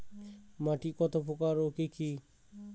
মাটি কতপ্রকার ও কি কী?